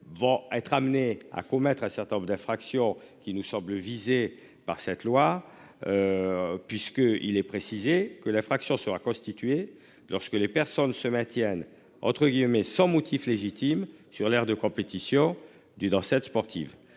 Vont être amenés à commettre un certain nombre d'infractions qui nous semble. Par cette loi. Puisque il est précisé que la fraction sera constituée lorsque les personnes se maintiennent entre guillemets sans motif légitime sur l'aire de compétition du dans cette sportive.